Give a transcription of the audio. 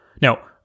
Now